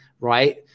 right